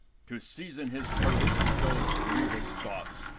to season his courage with those grievous thoughts,